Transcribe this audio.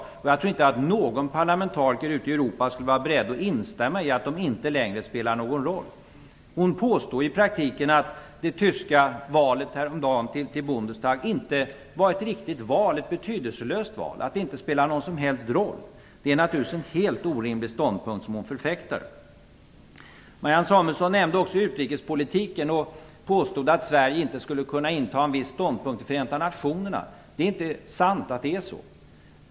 Jag tror inte att några parlamentariker ute i Europa skulle vara beredda att instämma i att de inte längre spelar någon roll. Marianne Samuelsson påstår i praktiken att det tyska förbundsdagsvalet häromdagen inte var ett riktigt val, att det skulle vara ett betydelselöst val som inte spelar någon som helst roll. Det är naturligtvis en helt orimlig ståndpunkt som hon förfäktar. Marianne Samuelsson nämnde också utrikespolitiken och påstod att Sverige inte skulle kunna inta en viss ståndpunkt i Förenta nationerna. Det är inte sant att det är så.